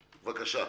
בבקשה.